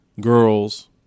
girls